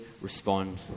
respond